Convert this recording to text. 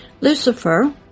Lucifer